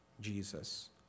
Jesus